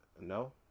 no